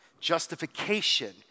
Justification